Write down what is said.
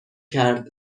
کرد